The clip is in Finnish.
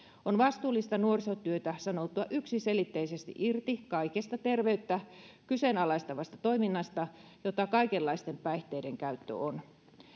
on vastuullista nuorisotyötä sanoutua yksiselitteisesti irti kaikesta terveyttä kyseenalaistavasta toiminnasta jota kaikenlaisten päihteiden käyttö on